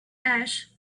ash